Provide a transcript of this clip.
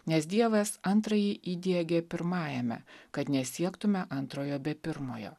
nes dievas antrąjį įdiegė pirmajame kad nesiektume antrojo be pirmojo